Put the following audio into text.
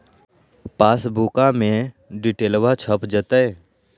पासबुका में डिटेल्बा छप जयते?